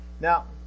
Now